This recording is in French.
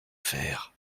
faire